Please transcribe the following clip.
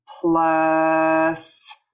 plus